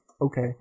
okay